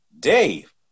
Dave